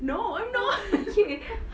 no I'm not